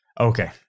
Okay